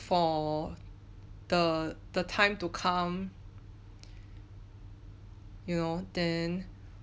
for the the time to come you know then